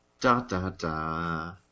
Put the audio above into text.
Da-da-da